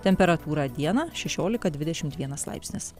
temperatūra dieną šešiolika dvidešimt vienas laipsnis